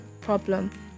problem